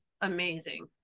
Amazing